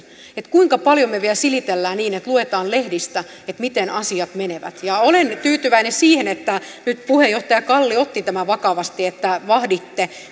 kuinka paljon me vielä silittelemme tätä niin että luetaan lehdistä miten asiat menevät olen tyytyväinen siihen että nyt puheenjohtaja kalli otti tämän vakavasti että vahditte